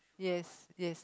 yes yes